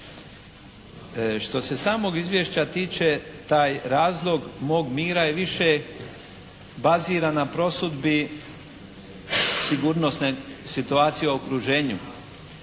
Što se samog izvješća tiče taj razlog mog mira je više baziran na prosudbi sigurnosne situacije u okruženju.